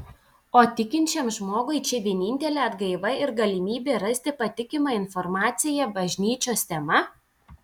o tikinčiam žmogui čia vienintelė atgaiva ir galimybė rasti patikimą informaciją bažnyčios tema